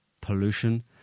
pollution